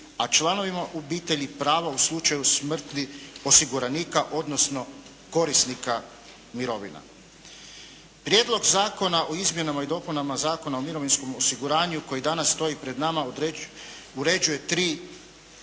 a članovima obitelji prava u slučaju smrti osiguranika, odnosno korisnika mirovina. Prijedlog zakona o Izmjenama i dopunama Zakona o mirovinskom osiguranju koji danas stoji pred nama uređuje tri